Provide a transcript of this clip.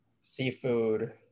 seafood